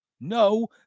No